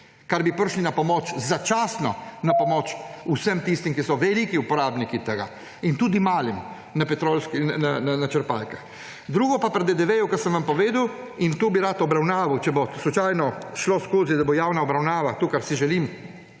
čimer bi prišli na pomoč, začasno na pomoč vsem tistim, ki so veliki uporabniki tega, in tudi malim na črpalkah. Drugo pa je pri DDV, kar sem vam povedal. O tem bi rad obravnavo, če bo slučajno šlo skozi, da bo javna obravnava, kar si želim,